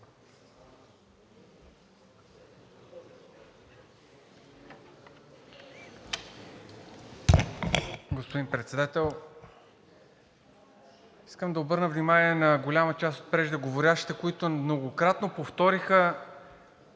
Господин Председател, искам да обърна внимание на голяма част от преждеговорившите, които многократно повториха